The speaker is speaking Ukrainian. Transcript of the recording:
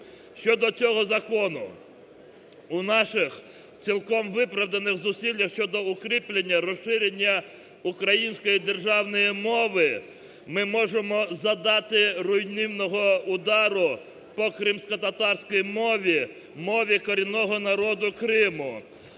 Щодо цього закону. У наших цілком виправданих зусиллях щодо укріплення, розширення української державної мови ми можемо завдати руйнівного удару по кримськотатарській мові, мові корінного народу Криму.